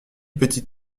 petite